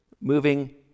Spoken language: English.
Moving